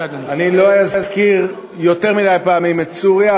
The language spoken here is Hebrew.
אני לא אזכיר יותר מדי פעמים את סוריה,